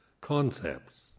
concepts